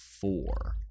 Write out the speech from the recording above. four